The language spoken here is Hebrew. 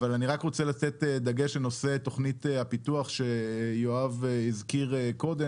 אבל אני רק רוצה לתת דגש לנושא תוכנית הפיתוח שיואב הזכיר קודם.